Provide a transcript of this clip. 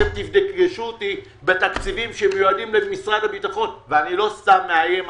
אתם תפגשו אותי בתקציבים שמיועדים למשרד הביטחון ואני לא סתם מאיים,